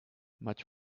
much